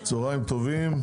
צוהריים טובים,